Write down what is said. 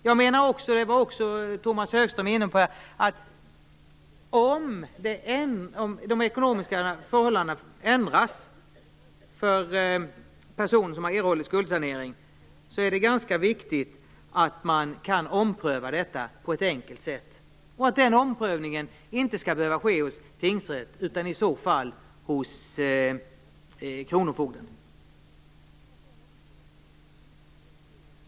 Jag menar också - det var även Tomas Högström inne på - att om de ekonomiska förhållandena ändras för en person som har fått skuldsanering är det viktigt att man kan ompröva detta på ett enkelt sätt och att den omprövningen inte skall behöva ske hos tingsrätten utan i så fall hos kronofogden.